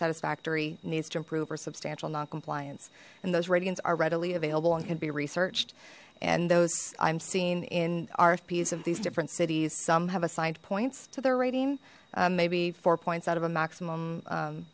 satisfactory needs to improve or substantial non compliance and those radiant's are readily available and can be researched and those i'm seen in rfps of these different cities some have assigned points to their rating may be four points out of a maximum